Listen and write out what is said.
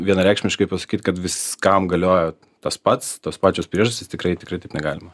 vienareikšmiškai pasakyt kad viskam galioja tas pats tos pačios priežastys tikrai tikrai taip negalima